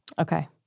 Okay